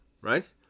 Right